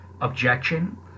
objection